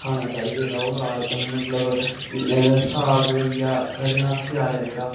खाना चाहिदे ते ओह् रा मतलब साग होई गेआ स'रेआं दा स्यालै जेह्ड़ा